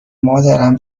مادرم